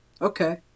Okay